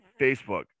Facebook